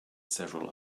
several